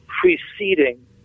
preceding